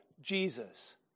Jesus